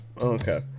okay